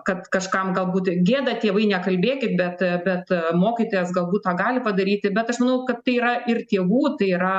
kad kažkam galbūt gėda tėvai nekalbėkit bet bet mokytojas galbūt tą gali padaryti bet aš manau kad tai yra ir jėgų tai yra